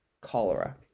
cholera